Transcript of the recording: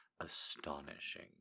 astonishing